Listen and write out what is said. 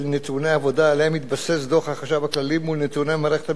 העבודה שעליהם התבסס דוח החשב הכללי מול נתוני מערכת הביטחון,